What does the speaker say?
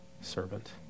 servant